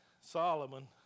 Solomon